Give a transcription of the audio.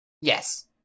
Yes